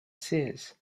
sears